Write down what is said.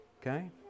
okay